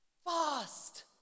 Fast